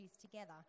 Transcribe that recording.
together